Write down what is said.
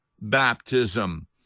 baptism